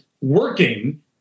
working